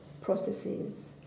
processes